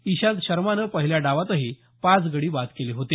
इशांत शर्मानं पहिल्या डावातही पाच गडी बाद केले होते